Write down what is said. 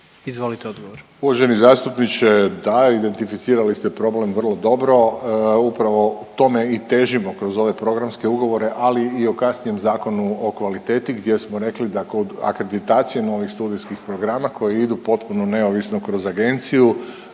Radovan (HDZ)** Uvaženi zastupniče, da, identificirali ste problem vrlo dobro, upravo tome i težimo kroz ove programske ugovore, ali i o kasnijem Zakonu o kvaliteti gdje smo rekli da kod akreditacije novih studijskih programa koji idu potpuno neovisno kroz Agenciju